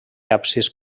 absis